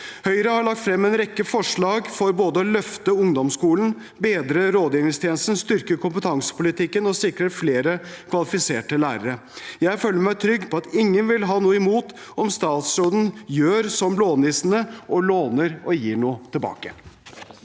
Høyre har lagt frem en rekke forslag for både å løfte ungdomsskolen, bedre rådgivningstjenesten, styrke kompetansepolitikken og sikre flere kvalifiserte lærere. Jeg føler meg trygg på at ingen vil ha noe imot om statsråden gjør som blånissene – låner og gir noe tilbake.